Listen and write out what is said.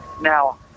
Now